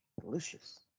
Delicious